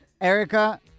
Erica